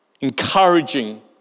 encouraging